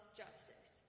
justice